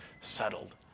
settled